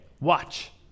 Watch